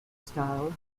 style